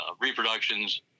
reproductions